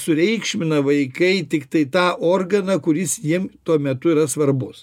sureikšmina vaikai tiktai tą organą kuris jiem tuo metu yra svarbus